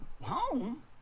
Home